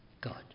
God